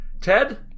Ted